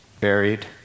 buried